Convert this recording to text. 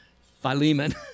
Philemon